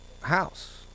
house